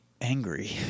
angry